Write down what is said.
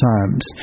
Times